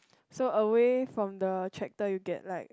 so away from the tractor you get like